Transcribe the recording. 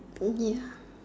uh ya